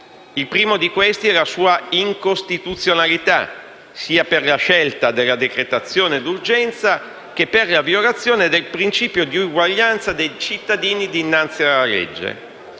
Il primo di questi è la sua incostituzionalità, sia per la scelta della decretazione d'urgenza che per la violazione del principio di uguaglianza dei cittadini dinanzi alla legge.